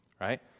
right